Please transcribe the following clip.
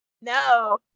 No